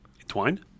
Entwined